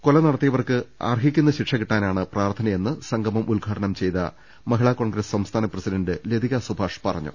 കൊല നടത്തിയവർക്ക് അർഹിക്കുന്ന ശിക്ഷ കിട്ടാനാണ് പ്രാർഥനയെന്ന് സംഗമം ഉദ്ഘാടനം ചെയ്ത മഹിളാ കോൺഗ്രസ് സംസ്ഥാന പ്രസിഡന്റ് ലതികാ സുഭാഷ് പറഞ്ഞു